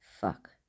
Fuck